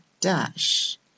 dash